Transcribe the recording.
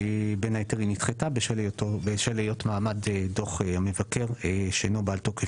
בין היתר היא נדחתה בשל היות מעמד דוח המבקר שאינו בעל תוקף